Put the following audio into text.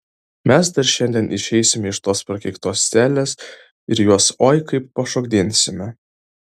mes dar šiandien išeisime iš tos prakeiktos celės ir juos oi kaip pašokdinsime